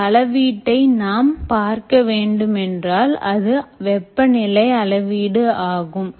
ஒரு அளவீட்டை நாம் பார்க்கவேண்டும் என்றால் அது வெப்பநிலை அளவீட்டு ஆகும்